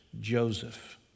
Joseph